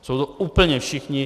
Jsou to úplně všichni.